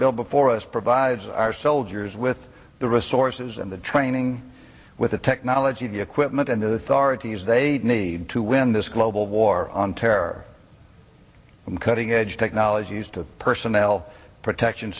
bill before us provides our soldiers with the resources and the training with the technology the equipment and authorities they need to win this global war on terror from cutting edge technologies to personnel protection